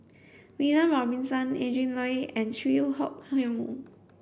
William Robinson Adrin Loi and Chew Hock Leong